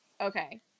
Okay